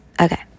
okay